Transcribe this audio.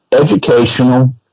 educational